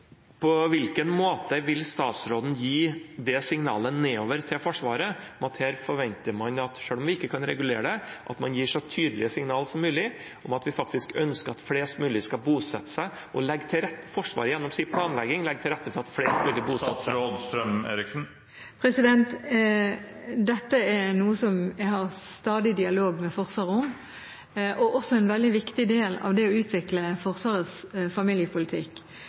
På hvilken måte vil statsråden gi det signalet nedover til Forsvaret at her forventer man – selv om man ikke kan regulere det, men at man gir så tydelige signal som mulig – og faktisk ønsker at flest mulig skal bosette seg, og at Forsvaret gjennom sin planlegging legger til rette for at flere velger å bosette seg der? Dette er noe som jeg stadig har dialog med Forsvaret om, og det er også en veldig viktig del av det å utvikle Forsvarets familiepolitikk.